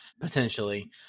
potentially